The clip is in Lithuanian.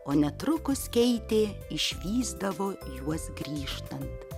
o netrukus keitė išvysdavo juos grįžtant